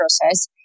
process